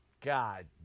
God